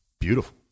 beautiful